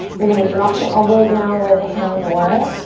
you're going to drop the elbows now where the hands were.